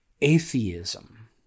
atheism